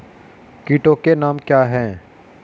कीटों के नाम क्या हैं?